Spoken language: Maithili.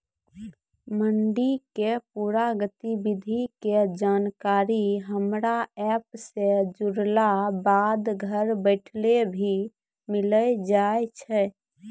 मंडी के पूरा गतिविधि के जानकारी हमरा एप सॅ जुड़ला बाद घर बैठले भी मिलि जाय छै